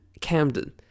Camden